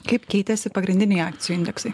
kaip keitėsi pagrindiniai akcijų indeksai